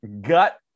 gut